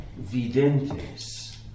Videntes